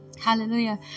Hallelujah